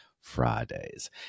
Fridays